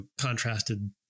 contrasted